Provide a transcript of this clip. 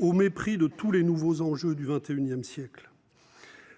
au mépris de tous les nouveaux enjeux du XXIe siècle.